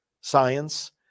science